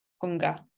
hunger